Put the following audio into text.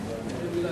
אני ממש